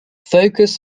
focus